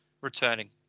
returning